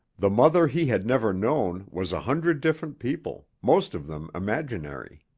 the mother he had never known was a hundred different people, most of them imaginary.